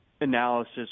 analysis